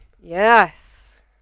Yes